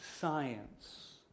science